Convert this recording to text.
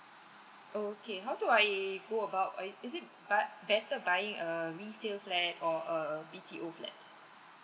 okay how do I go about uh is it bu~ better buying a resale flat or a B_T_O flat